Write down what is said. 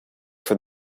for